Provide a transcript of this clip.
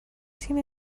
تیم